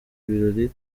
ibirori